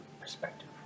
perspective